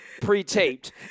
pre-taped